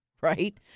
right